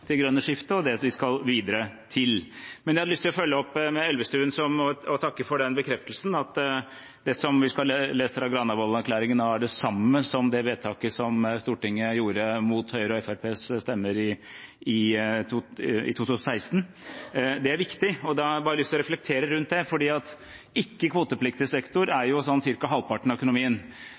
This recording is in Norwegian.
det grønne skiftet, og det de skal videre til. Jeg hadde lyst til å følge opp Elvestuen og takke for bekreftelsen på at det vi leser i Granavolden-plattformen, er det samme som det vedtaket Stortinget gjorde mot Høyres og Fremskrittspartiets stemmer i 2016. Det er viktig, og da har jeg lyst til å reflektere rundt det. Ikke-kvotepliktig sektor er ca. halvparten av økonomien, og da skal vi kutte 45 pst. av halvparten av økonomien,